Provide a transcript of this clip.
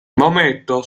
maometto